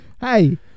Hey